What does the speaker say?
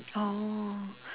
oh